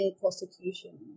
prosecution